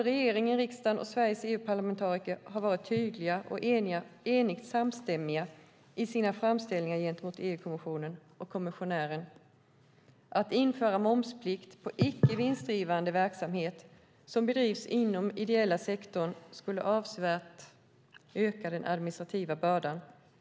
Regeringen, riksdagen och Sveriges EU-parlamentariker har varit tydliga och samstämmiga i sina framställningar gentemot EU-kommissionen och kommissionären. Att införa momsplikt på icke vinstdrivande verksamhet som bedrivs inom den ideella sektorn skulle avsevärt öka den administrativa bördan.